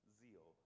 zeal